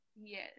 Yes